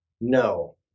no